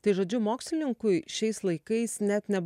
tai žodžiu mokslininkui šiais laikais net ne